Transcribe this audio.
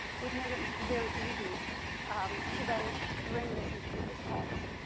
which make it very easy to then bring this into people's homes.